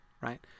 right